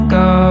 go